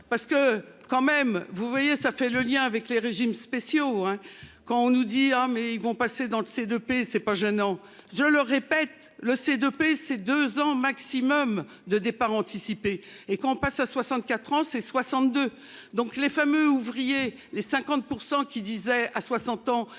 Parce que quand même vous voyez ça fait le lien avec les régimes spéciaux hein quand on nous dit hein mais ils vont passer dans le c'est de paix c'est pas gênant, je le répète le CDP ces deux ans maximum de départ anticipé et qu'on passe à 64 ans c'est 62, donc les femmes ouvrier les 50% qui disait à 60 ans